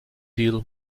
deal